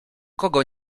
kogo